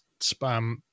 spam